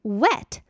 wet